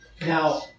Now